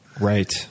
right